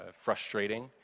frustrating